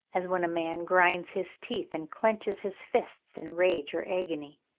as when a man grinds his teeth and clenches his fists in rage or agony.